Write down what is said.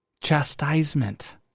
chastisement